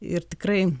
ir tikrai